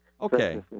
Okay